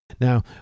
Now